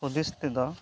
ᱦᱩᱫᱤᱥ ᱛᱮᱫᱚ